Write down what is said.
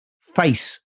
face